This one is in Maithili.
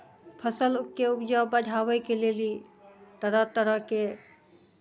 फसलके उपजाउ बढ़ाबैके लेल ई तरह तरहके